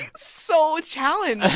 so challenged ah